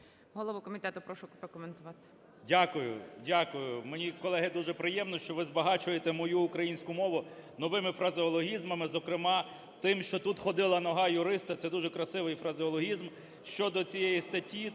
Голову комітету прошу прокоментувати. 11:30:17 КНЯЖИЦЬКИЙ М.Л. Дякую. Дякую. Мені, колеги, дуже приємно, що ви збагачуєте мою українську мову новими фразеологізмами, зокрема тим, що "тут ходила нога юриста" – це дуже красивий фразеологізм. Щодо цієї статті,